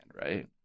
right